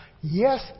Yes